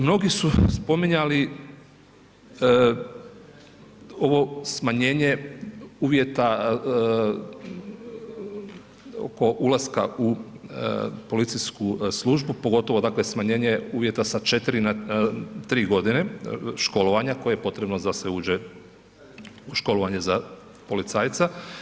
Mnogi su spominjali ovo smanjenje uvjeta oko ulaska u policijsku službu, pogotovo dakle smanjenje uvjeta sa 4 na 3 godine školovanja koje je potrebno da se uđe, školovanje za policajca.